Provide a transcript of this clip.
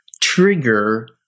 trigger